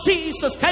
Jesus